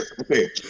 Okay